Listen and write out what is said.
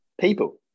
People